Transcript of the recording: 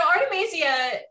Artemisia